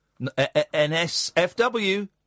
NSFW